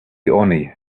only